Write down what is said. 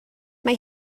mae